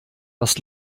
was